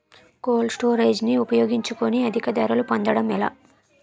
Cold storage ని ఉపయోగించుకొని అధిక ధరలు పొందడం ఎలా?